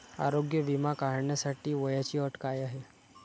आरोग्य विमा काढण्यासाठी वयाची अट काय आहे?